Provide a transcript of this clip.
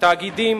תאגידים,